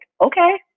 okay